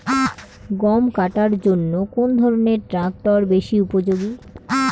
গম কাটার জন্য কোন ধরণের ট্রাক্টর বেশি উপযোগী?